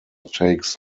takes